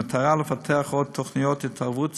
במטרה לפתח עוד תוכניות התערבות